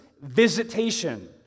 visitation